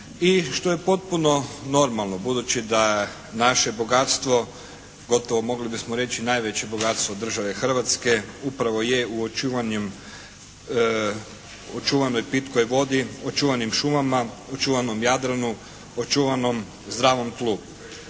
I što je potpuno normalno, budući da naše bogatstvo gotovo mogli bismo reći najveće bogatstvo države Hrvatske upravo je u očuvanju, očuvanoj pitkoj vodi, očuvanim šumama, očuvanom Jadranu, očuvanom zdravom tlu.